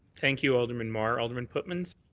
thank you, alderman mar. alderman pootmans?